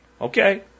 Okay